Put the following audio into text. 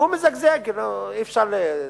הוא מזגזג, אי-אפשר להתכחש,